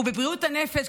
ובבריאות הנפש,